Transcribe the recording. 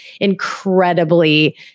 incredibly